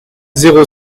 zéro